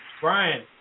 Brian